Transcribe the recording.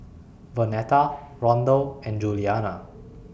Vonetta Rondal and Julianna